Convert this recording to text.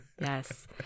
Yes